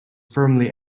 firmly